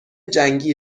جنگی